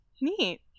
Neat